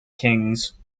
kings